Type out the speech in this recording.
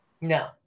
No